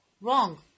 Wrong